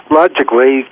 logically